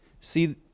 See